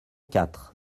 quatre